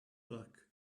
luck